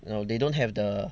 you know they don't have the